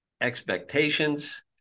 expectations